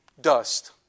dust